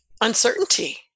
uncertainty